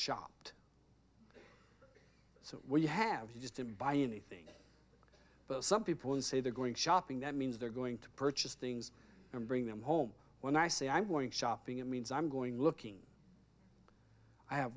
so when you have you just didn't buy anything but some people and say they're going shopping that means they're going to purchase things and bring them home when i say i'm going shopping it means i'm going looking i have